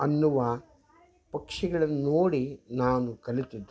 ಅನ್ನುವ ಪಕ್ಷಿಗಳನ್ನು ನೋಡಿ ನಾನು ಕಲಿತಿದ್ದು